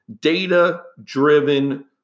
data-driven